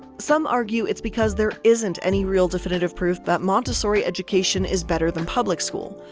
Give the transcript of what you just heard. some argue it's because there isn't any real definitive proof that montessori education, is better than public school.